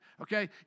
okay